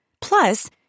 Plus